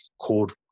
called